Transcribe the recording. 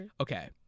Okay